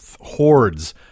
hordes